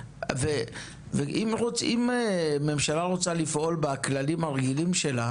אם ממשלה רוצה לפעול בכללים הרגילים שלה